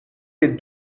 les